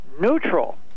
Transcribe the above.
neutral